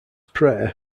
prayer